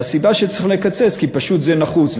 והסיבה שצריך לקצץ היא פשוט שזה נחוץ.